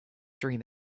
dream